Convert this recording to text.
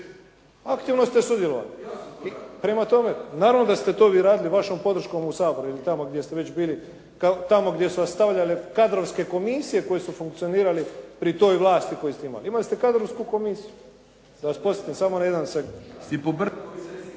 Aktivno ste sudjelovali. … /Upadica se ne čuje./… Naravno da ste to vi radili vašom podrškom u Saboru ili tamo gdje ste već bili, tamo gdje su vas stavljale kadrovske komisije koje su funkcionirale pri toj vlasti koju ste imali. Imali ste kadrovsku komisiju. Da vas podsjetim samo na jedan sektor.